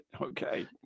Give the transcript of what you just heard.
Okay